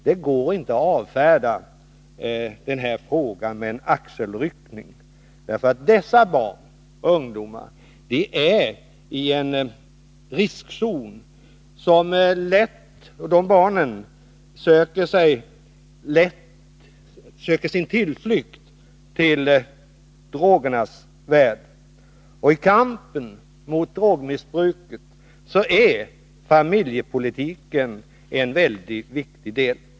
Det går inte att avfärda den här frågan med en axelryckning. Dessa barn och ungdomar är i en riskzon. De söker lätt sin tillflykt till drogernas värld, och i kampen mot drogmissbruket är familjepolitiken en mycket viktig del.